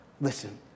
listen